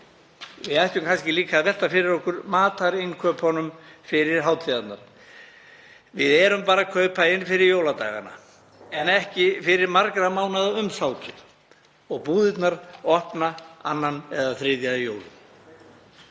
Við ættum kannski líka að velta fyrir okkur matarinnkaupunum fyrir hátíðarnar. Við erum bara að kaupa inn fyrir jóladagana en ekki fyrir margra mánaða umsátur og búðirnar opna annan eða þriðja í jólum.